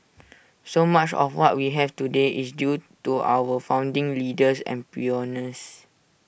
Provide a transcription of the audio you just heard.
so much of what we have today is due to our founding leaders and pioneers